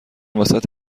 واست